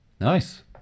nice